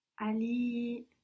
Ali